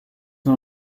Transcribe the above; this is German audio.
nur